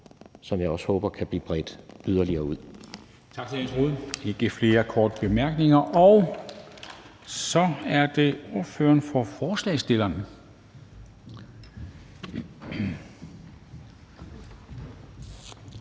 som jeg også håber kan blive bredt yderligere ud.